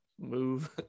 move